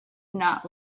not